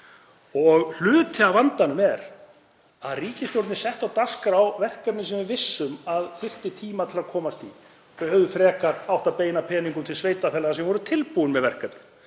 Hluti af vandanum er að ríkisstjórnin setti á dagskrá verkefni sem við vissum að þyrfti tíma til að komast í. Hún hefði frekar átt að beina peningunum til sveitarfélaga sem voru tilbúin með verkefni.